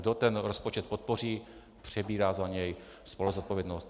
Kdo ten rozpočet podpoří, přebírá za něj spoluzodpovědnost.